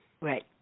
Right